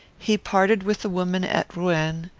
he parted with the woman at rouen,